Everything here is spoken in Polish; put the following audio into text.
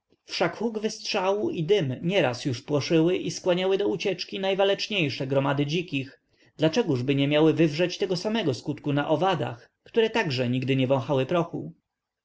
huk wystrzału i dym nieraz już płoszyły i skłaniały do ucieczki najwaleczniejsze gromady dzikich dlaczegóżby nie miały wywrzeć tego samego skutku na owadach które także nigdy nie wąchały prochu